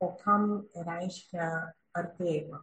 o kam reiškia artėjimą